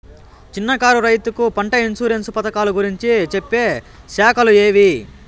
చిన్న కారు రైతుకు పంట ఇన్సూరెన్సు పథకాలు గురించి చెప్పే శాఖలు ఏవి?